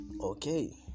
okay